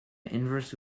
inverse